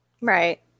Right